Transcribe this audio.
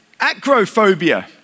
acrophobia